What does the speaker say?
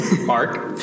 Mark